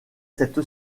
cette